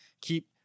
keep